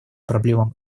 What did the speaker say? проблемам